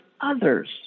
others